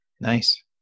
Nice